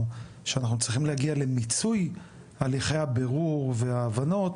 שאנחנו צריכים להגיע למיצוי הליכי הבירור וההבנות